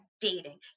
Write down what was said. dating